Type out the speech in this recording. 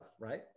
right